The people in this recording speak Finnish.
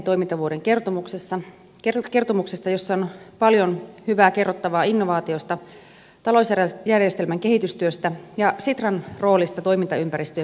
toimintavuoden kertomuksesta jossa on paljon hyvää kerrottavaa innovaatioista talousjärjestelmän kehitystyöstä ja sitran roolista toimintaympäristöjen muuttuessa